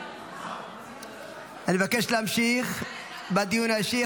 אני מבקש להמשיך בדיון האישי.